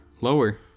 lower